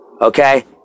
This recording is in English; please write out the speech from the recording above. Okay